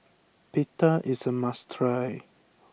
Pita is a must try